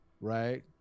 right